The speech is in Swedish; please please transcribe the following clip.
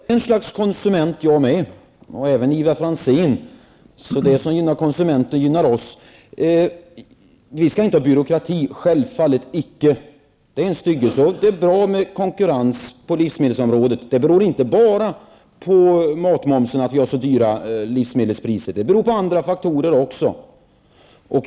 Herr talman! Jag är ett slags konsument jag med och det är även Ivar Franzén. Det som gynnar konsumenterna, gynnar oss. Vi skall inte ha byråkrati, självfallet icke. Det är en styggelse. Det är bra med konkurrens på livsmedelsområdet. Det beror inte bara på matmomsen att vi har så höga livsmedelspriser. Det beror på andra faktorer också.